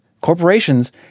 Corporations